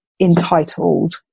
entitled